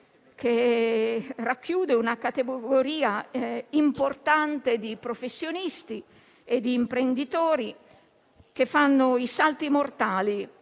che racchiude una categoria importante di professionisti ed imprenditori, che fanno i salti mortali,